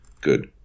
good